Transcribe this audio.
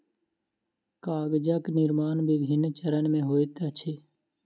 कागजक निर्माण विभिन्न चरण मे होइत अछि